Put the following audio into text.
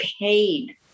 paid